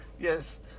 Yes